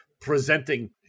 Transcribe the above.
presenting